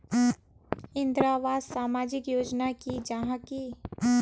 इंदरावास सामाजिक योजना नी जाहा की?